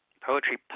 Poetry